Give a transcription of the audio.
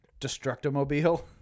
destructomobile